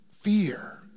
fear